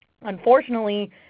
Unfortunately